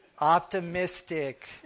Optimistic